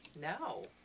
No